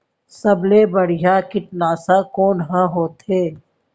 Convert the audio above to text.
सबले बढ़िया कीटनाशक कोन ह होथे?